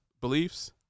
beliefs